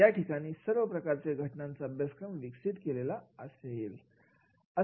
या ठिकाणी सर्व प्रकारचे घटनांचा अभ्यासक्रम विकसित केलेला असेल